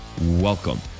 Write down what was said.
Welcome